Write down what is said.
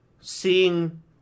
seeing